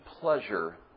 pleasure